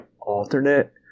alternate